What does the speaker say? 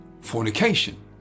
Fornication